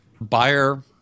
buyer